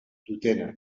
dutenak